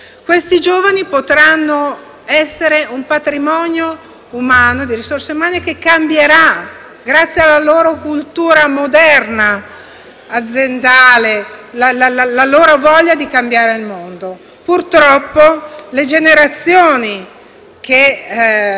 Questi giovani potranno costituire un patrimonio di risorse umane che cambierà le cose, grazie alla loro cultura moderna e aziendale e alla voglia di cambiare il mondo. Purtroppo, le generazioni